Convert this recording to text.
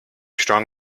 strong